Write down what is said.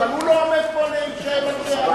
אבל הוא לא עומד פה להישאל שאלות.